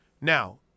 Now